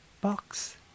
box